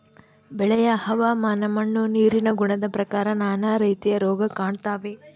ಬೆಳೆಯ ಹವಾಮಾನ ಮಣ್ಣು ನೀರಿನ ಗುಣದ ಪ್ರಕಾರ ನಾನಾ ರೀತಿಯ ರೋಗ ಕಾಡ್ತಾವೆ